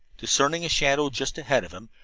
discerning a shadow just ahead of him,